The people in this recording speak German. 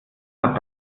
hat